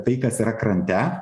tai kas yra krante